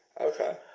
Okay